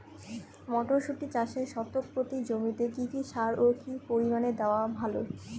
মটরশুটি চাষে শতক প্রতি জমিতে কী কী সার ও কী পরিমাণে দেওয়া ভালো?